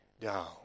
down